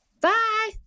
Bye